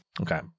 Okay